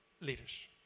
leaders